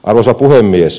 arvoisa puhemies